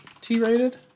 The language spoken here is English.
T-rated